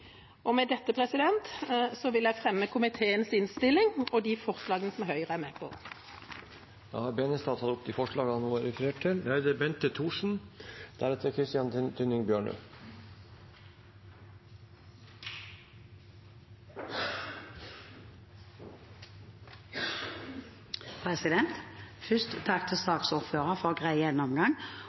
rettigheter. Med dette vil jeg anbefale komiteens innstilling og ta opp det forslaget som Høyre er med på. Representanten Norunn Tveiten Benestad har tatt opp det forslaget hun refererte til. Først takk til saksordføreren for grei gjennomgang.